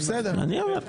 אני אומר.